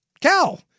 Cal